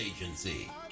agency